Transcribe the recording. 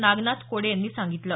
नागनाथ कोडे यांनी सांगितलं